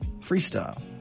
Freestyle